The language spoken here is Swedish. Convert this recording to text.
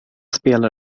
spelar